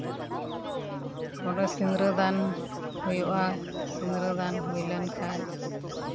ᱛᱚᱵᱮ ᱥᱤᱫᱨᱟᱹᱫᱟᱱ ᱦᱩᱭᱩᱜᱼᱟ ᱥᱤᱫᱨᱟᱹᱫᱟᱱ ᱦᱩᱭ ᱞᱮᱱ ᱠᱷᱟᱱ